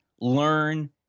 learn